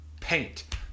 paint